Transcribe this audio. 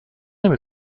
نمی